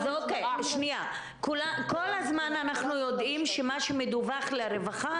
כל הזמן אנחנו יודעים שמה שמדווח לרווחה